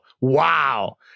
Wow